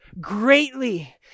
greatly